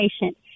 patient